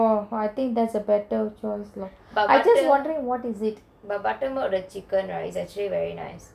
oh I think that's a better choice lor I just wondering what it is